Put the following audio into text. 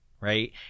right